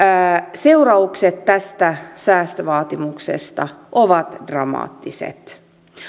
seuraukset tästä säästövaatimuksesta ovat dramaattiset